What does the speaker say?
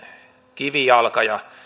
kivijalka ja